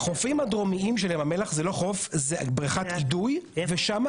החופים הדרומיים של ים המלח הם לא חוף זה בריכת אידוי ושם,